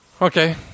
Okay